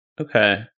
Okay